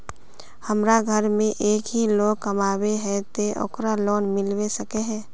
हमरा घर में एक ही लोग कमाबै है ते ओकरा लोन मिलबे सके है?